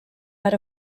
out